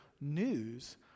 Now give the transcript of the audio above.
news